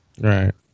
Right